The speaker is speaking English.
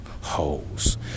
holes